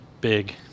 big